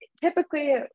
typically